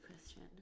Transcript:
question